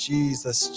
Jesus